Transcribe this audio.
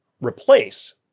replace